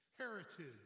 Heritage